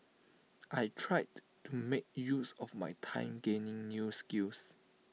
I tried to make use of my time gaining new skills